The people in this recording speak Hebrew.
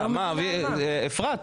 אפרת,